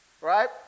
right